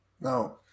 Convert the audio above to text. No